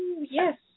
Yes